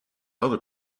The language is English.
other